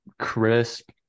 crisp